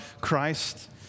Christ